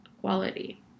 quality